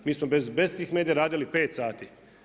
Mi smo bez tih medija radili pet sati.